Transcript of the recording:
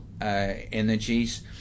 energies